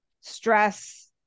stress